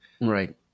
Right